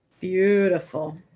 Beautiful